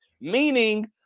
meaning